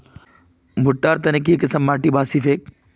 भुट्टा र तने की किसम माटी बासी ठिक?